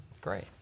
Great